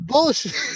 Bullshit